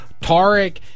Tarek